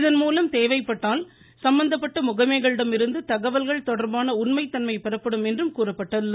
இதன்மூலம் தேவைப்பட்டால் சம்மந்தப்பட்ட முகமைகளிடமிருந்து தகவல்கள் தொடர்பான உண்மை தன்மை பெறப்படும் என்றும் கூறப்பட்டுள்ளது